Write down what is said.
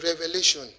revelation